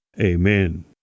Amen